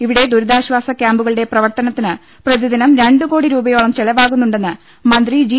ഇവിടെ ദുരിതാശ്ചാസ ക്യാമ്പുകളുടെ പ്ര വർത്തനത്തിന് പ്രതിദിനം രണ്ടു കോടി രൂപയോളം ചെലവാകു ന്നുണ്ടെന്ന് മന്ത്രി ജി